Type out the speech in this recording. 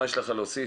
מה יש לך להוסיף?